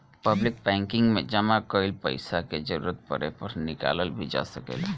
public banking में जामा कईल पइसा के जरूरत पड़े पर निकालल भी जा सकेला